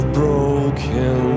broken